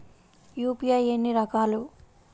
UPI ఎన్ని రకాలు?